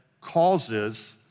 causes